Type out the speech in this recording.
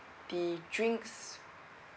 the drinks